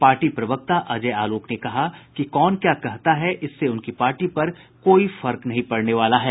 party प्रवक्ता अजय आलोक ने कहा कि कौन क्या कहता है इससे उनकी पार्टी पर कोई फर्क नहीं पड़ने वाला है